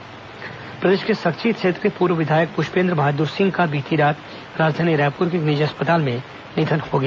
पुष्पेन्द्र बहादुर सिंह निधन प्रदेश के सक्ती क्षेत्र के पूर्व विधायक पृष्पेन्द्र बहादुर सिंह का बीती रात राजधानी रायपुर के एक निजी अस्पताल में निधन हो गया